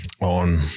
on